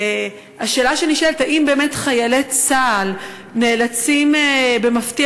השאלה שנשאלת: האם באמת חיילי צה"ל נאלצים במפתיע